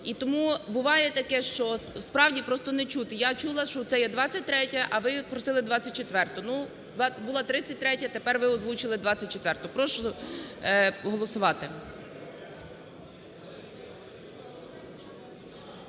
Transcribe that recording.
І тому буває таке, що справді просто не чути. Я чула, що це є 23-я, а ви просили 24-у. Була 33-я, тепер ви озвучили 24-у. Прошу голосувати.